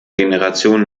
generationen